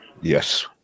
Yes